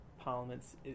parliaments